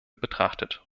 betrachtet